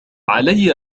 علي